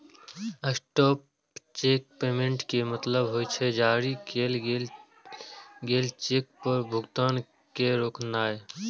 stop cheque payment के मतलब होइ छै, जारी कैल गेल चेक पर भुगतान के रोकनाय